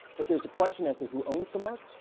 if there's a question as to who owns the mark,